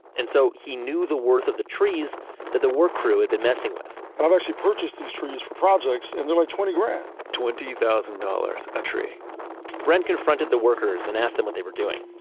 and so he knew the worth of the trees that the work crew had been messing with and i've actually purchased these trees for projects and they're like twenty grand twenty thousand dollars a tree brent confronted the worker and asked them what they were doing.